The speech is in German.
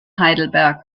heidelberg